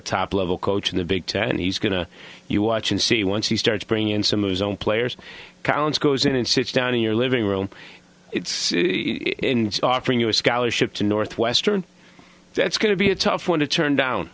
top level coach in the big ten and he's going to you watch and see once he starts bring in some of his own players collins goes in and sits down in your living room offering you a scholarship to northwestern that's going to be a tough one to turn down